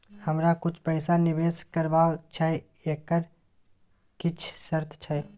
हमरा कुछ पैसा निवेश करबा छै एकर किछ शर्त छै?